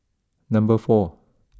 number four